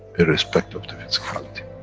irrespect of the physicality.